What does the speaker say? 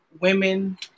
women